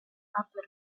public